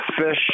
fish